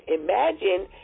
imagine